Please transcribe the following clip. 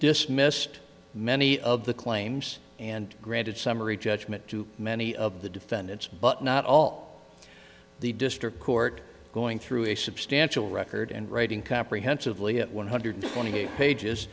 dismissed many of the claims and granted summary judgment to many of the defendants but not all the district court going through a substantial record and writing comprehensively at one hundred twenty eight pages